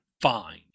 fine